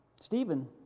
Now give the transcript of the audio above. Stephen